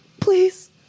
please